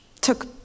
took